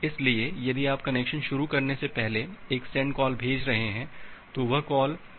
इसलिए यदि आप कनेक्शन शुरू करने से पहले एक सेंड कॉल भेज रहे हैं तो वह कॉल वैध कॉल नहीं है